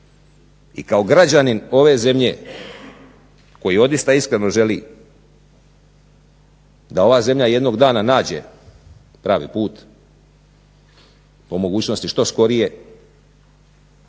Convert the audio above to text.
i kao građanin ove zemlje koji odista iskreno želi da ova zemlja jednog dana nađe pravi put po mogućnosti što skorije